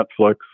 Netflix